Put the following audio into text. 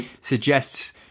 suggests